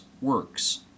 works